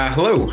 Hello